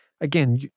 again